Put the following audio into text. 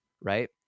right